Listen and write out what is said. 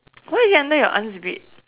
why is it under your aunt's bed